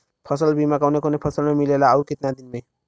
फ़सल बीमा कवने कवने फसल में मिलेला अउर कितना दिन में?